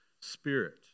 spirit